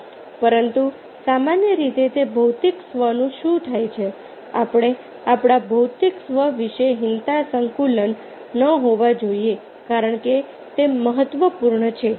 પરંતુ સામાન્ય રીતે તે ભૌતિક સ્વનું શું થાય છે આપણે આપણા ભૌતિક સ્વ વિશે હીનતા સંકુલ ન હોવી જોઈએ કારણ કે તે મહત્વપૂર્ણ છે